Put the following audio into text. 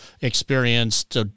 experienced